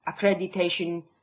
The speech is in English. accreditation